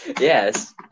Yes